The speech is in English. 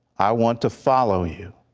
i want to follow you,